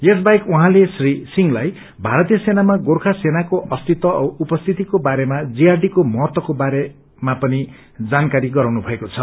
यस बाहेक उहाँले श्री सिंहलाई भारतीय सेनामा गोर्खा सेनाको अस्तित्व औ उपस्थितिको बारेमा जीआरडीको महत्वको बारेमा पनि जानकारी गराउनु भएको छ